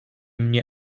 mnie